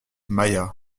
maillat